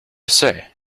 say